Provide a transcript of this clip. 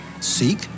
Seek